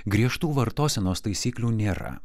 griežtų vartosenos taisyklių nėra